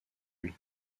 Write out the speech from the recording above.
pluie